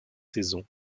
saisons